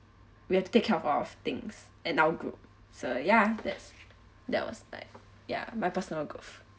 we have to take care a lot of things in our group so ya that's that was like ya my personal growth